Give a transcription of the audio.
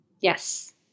Yes